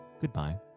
goodbye